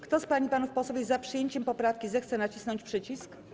Kto z pań i panów posłów jest za przyjęciem poprawki, zechce nacisnąć przycisk.